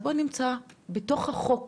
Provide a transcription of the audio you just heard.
בתוך החוק